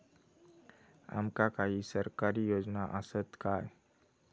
आमका काही सरकारी योजना आसत काय?